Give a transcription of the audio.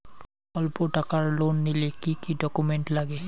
অল্প টাকার লোন নিলে কি কি ডকুমেন্ট লাগে?